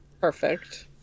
Perfect